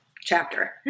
chapter